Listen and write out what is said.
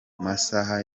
masaha